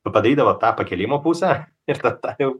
padarydavo tą pakėlimo pusę ir slapta jau